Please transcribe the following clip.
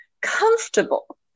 comfortable